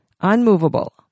unmovable